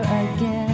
again